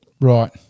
right